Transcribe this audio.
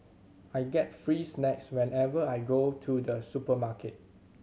I get free snacks whenever I go to the supermarket